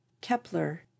Kepler